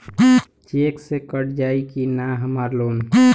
Check से कट जाई की ना हमार लोन?